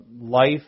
life